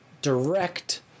direct